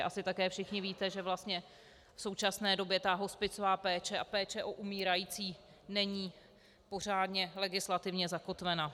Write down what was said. Asi také všichni víte, že vlastně v současné době hospicová péče a péče o umírající není pořádně legislativně zakotvena.